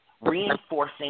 reinforcing